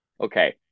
Okay